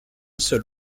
seul